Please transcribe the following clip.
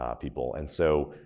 um people. and so,